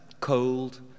cold